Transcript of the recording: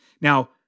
Now